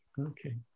okay